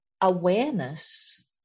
awareness